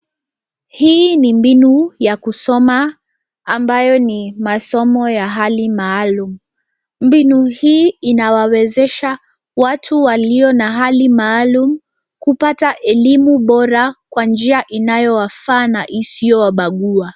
Hii ni mbinu ya kusoma ambayo ni masomo ya hali maalum. Mbinu hii inawawezesha watu walio na hali maalum kupata elimu bora kwa njia inayowafaa na isiyowabagua.